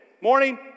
Morning